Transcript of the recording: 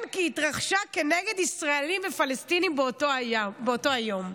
כי התרחשה כנגד ישראלים ופלסטינים באותו היום.